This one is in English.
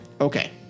Okay